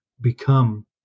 become